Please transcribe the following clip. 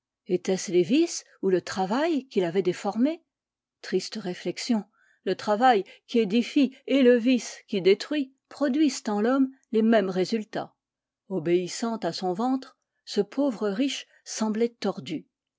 étaient-ce les vices ou le travail qui l'avaient déformé triste réflexion le travail qui édifie et le vice qui détruit produisent en l'homme les mêmes résultats obéissant à son ventre ce pauvre riche semblait tordu